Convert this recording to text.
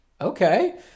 okay